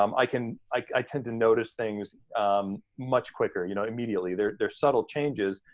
um i can, i tend to notice things much quicker, you know immediately. they're they're subtle changes,